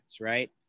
Right